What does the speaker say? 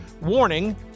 Warning